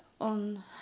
on